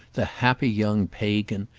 the happy young pagan,